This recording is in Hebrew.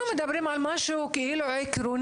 אנחנו מדברים על משהו עקרוני,